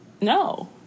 no